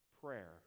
prayer